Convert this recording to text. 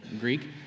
Greek